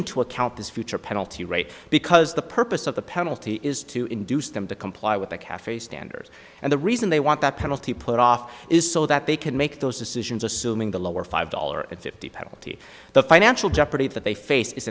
into account this future penalty rate because the purpose of the penalty is to induce them to comply with the cafe standards and the reason they want that penalty put off is so that they can make those decisions assuming the lower five dollars fifty penalty the financial jeopardy that they face is